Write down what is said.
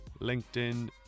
LinkedIn